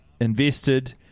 invested